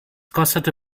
kostete